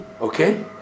okay